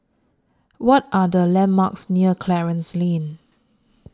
What Are The landmarks near Clarence Lane